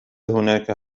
هناك